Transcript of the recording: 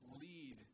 Lead